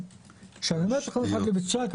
כשאני אומר "תכנון מפורט לביצוע" אני